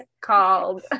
called